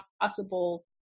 possible